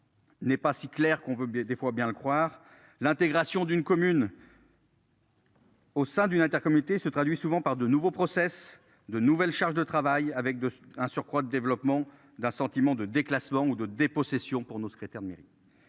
N'est pas si clair qu'on veut bien des fois bien le croire. L'intégration d'une commune. Au sein d'une intercomités se traduit souvent par de nouveaux process de nouvelles charges de travail avec un surcroît de développement d'un sentiment de déclassement ou de dépossession pour nos secrétaires de mairie.